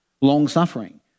Long-suffering